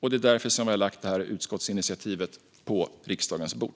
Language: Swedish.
Det är därför vi har lagt detta utskottsinitiativ på riksdagens bord.